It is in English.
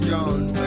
John